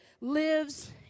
lives